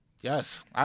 Yes